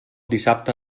dissabte